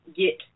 get